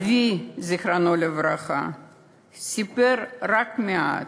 אבי זיכרונו לברכה סיפר רק מעט.